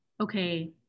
okay